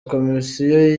komisiyo